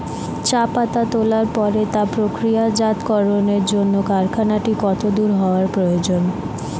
চা পাতা তোলার পরে তা প্রক্রিয়াজাতকরণের জন্য কারখানাটি কত দূর হওয়ার প্রয়োজন?